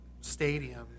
Stadium